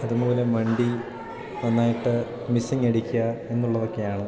ഇതുമൂലം വണ്ടി നന്നായിട്ട് മിസ്സിംങ്ങ് അടിക്കുക എന്നുള്ളതൊക്കെയാണ്